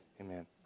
Amen